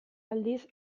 aldiz